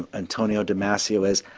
antonio damasio is.